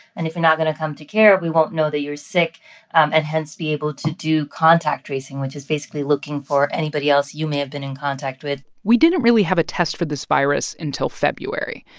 and if you're not going to come to care, we won't know that you're sick and, hence, be able to do contact tracing, which is basically looking for anybody else you may have been in contact with we didn't really have a test for this virus until february.